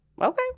okay